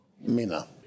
Mina